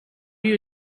you